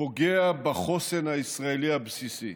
פוגע בחוסן הישראלי הבסיסי.